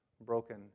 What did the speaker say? broken